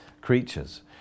creatures